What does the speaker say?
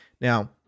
Now